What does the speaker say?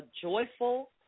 joyful